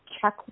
check